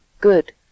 Good